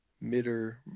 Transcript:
Mitter